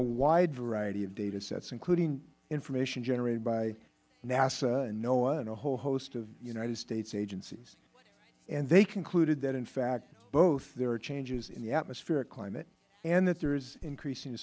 a wide variety of data sets including information generated by nasa and noaa and a whole host of united states agencies and they concluded that in fact both there are changes in the atmospheric climate and that there is increasing